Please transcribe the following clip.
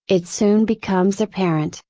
it soon becomes apparent,